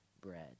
bread